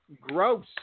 gross